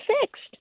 fixed